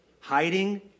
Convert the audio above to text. hiding